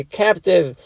captive